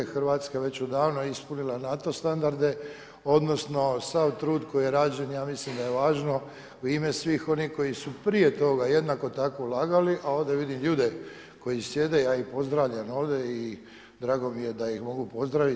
Hrvatska je već odavno ispunila NATO standarde odnosno sav trud koji je rađen ja mislim da je važno u ime svih onih koji su prije toga jednako tako ulagali, a ovdje vidim ljude koji sjede, ja ih pozdravljam ovdje i drago mi je da ih mogu pozdraviti.